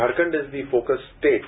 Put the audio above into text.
Jharkhand is the focus state